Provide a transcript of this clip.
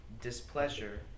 displeasure